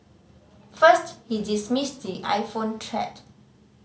first he dismissed the iPhone threat